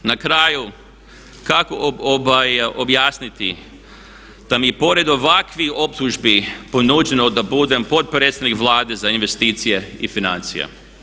Na kraju kako objasniti da mi pored ovakvih optužbi ponuđeno da budem potpredsjednik Vlade za investicije i financije.